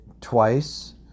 twice